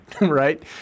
right